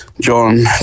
John